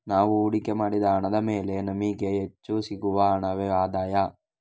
ನಾವು ಹೂಡಿಕೆ ಮಾಡಿದ ಹಣದ ಮೇಲೆ ನಮಿಗೆ ಹೆಚ್ಚು ಸಿಗುವ ಹಣವೇ ಆದಾಯ